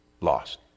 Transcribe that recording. Lost